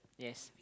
yes